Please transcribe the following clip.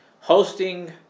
hosting